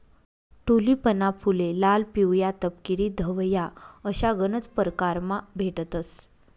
टूलिपना फुले लाल, पिवया, तपकिरी, धवया अशा गनज परकारमा भेटतंस